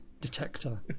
detector